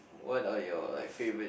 what are your like favourite